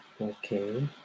Okay